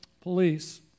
police